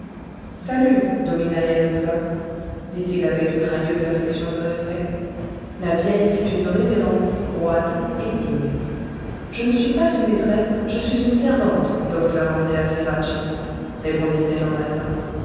salut domina yanusza dit-il avec une railleuse affection de respect la vieille fit une révérence roide et digne je ne suis pas une maîtresse je suis une servante docteur andréa ceracchi répondit-elle en latin